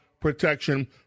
protection